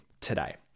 today